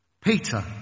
Peter